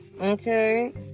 Okay